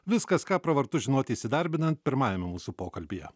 viskas ką pravartu žinoti įsidarbinant pirmajame mūsų pokalbyje